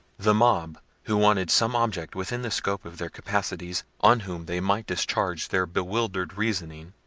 the mob, who wanted some object within the scope of their capacities, on whom they might discharge their bewildered reasoning,